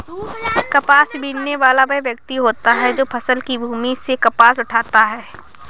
कपास बीनने वाला वह व्यक्ति होता है जो फसल की भूमि से कपास उठाता है